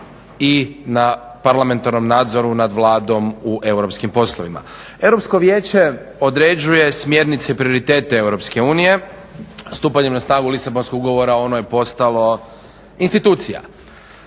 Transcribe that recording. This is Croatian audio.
i na parlamentarnom nadzoru nad Vladom u europskim poslovima. Europsko vijeće određuje smjernice i prioritete EU. Stupanjem na snagu Lisabonskog ugovora ono je postalo institucija.